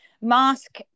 mask